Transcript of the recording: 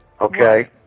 okay